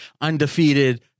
undefeated